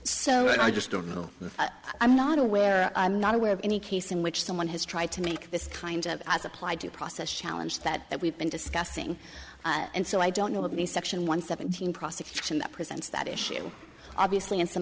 so i just don't know i'm not aware i'm not aware of any case in which someone has tried to make this kind of as applied to process challenge that that we've been discussing and so i don't of the section one seventeen prosecution that presents that issue obviously in some